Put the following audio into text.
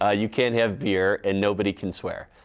ah you can't have beer and nobody can swear.